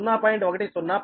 u